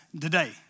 today